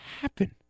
happen